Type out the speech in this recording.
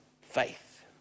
faith